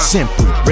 Simple